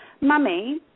Mummy